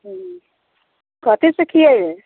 हँ कथी सिखिए यइ